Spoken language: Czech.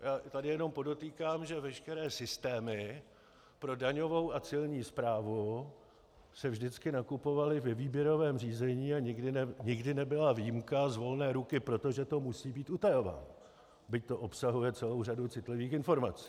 Já tady jenom podotýkám, že veškeré systémy pro daňovou a celní správu se vždycky nakupovaly ve výběrovém řízení a nikdy nebyla výjimka z volné ruky proto, že to musí být utajováno, byť to obsahuje celou řadu citlivých informací.